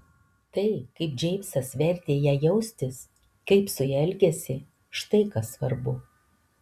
tai kaip džeimsas vertė ją jaustis kaip su ja elgėsi štai kas svarbu